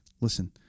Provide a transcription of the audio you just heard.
listen